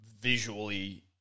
Visually